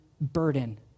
burden